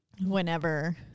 whenever